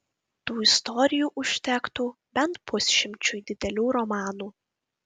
tų istorijų užtektų bent pusšimčiui didelių romanų